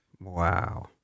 Wow